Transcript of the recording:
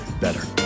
Better